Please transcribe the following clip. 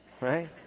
right